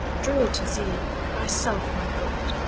draw it to thee, thyself, my god!